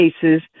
cases